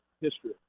history